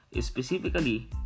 Specifically